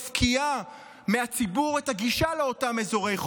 מפקיעה מהציבור את הגישה לאותם אזורי חוף.